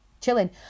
chilling